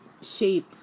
shape